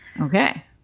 Okay